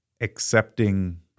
accepting